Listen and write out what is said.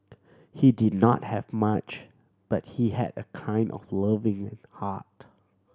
he did not have much but he had a kind of loving heart